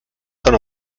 son